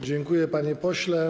Dziękuję, panie pośle.